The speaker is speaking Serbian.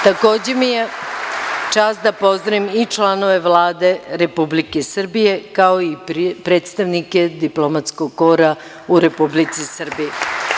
Takođe mi je čast da pozdravim i članove Vlade Republike Srbije, kao i predstavnike diplomatskog kora u Republici Srbiji.